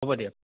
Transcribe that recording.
হ'ব দিয়ক